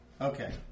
Okay